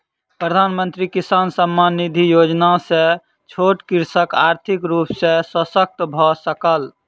प्रधानमंत्री किसान सम्मान निधि योजना सॅ छोट कृषक आर्थिक रूप सॅ शशक्त भअ सकल